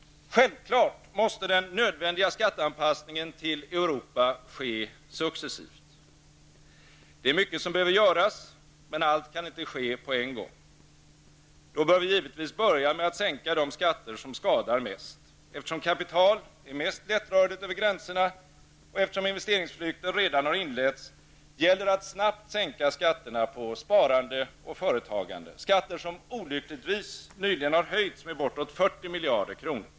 Självfallet måste den nödvändiga skatteanpassningen till Europa ske successivt. Det är mycket som behöver göras. Men allt kan inte ske på en gång. Då bör vi givetvis börja med att sänka de skatter som skadar mest. Eftersom kapital är mest lättrörligt över gränserna och eftersom investeringsflykten redan har inletts, gäller det att snabbt sänka skatterna på sparande och företagande -- skatter som olyckligtvis nyligen har höjts med bortåt 40 miljarder kronor.